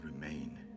remain